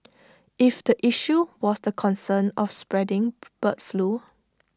if the issue was the concern of spreading bird flu